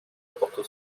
porte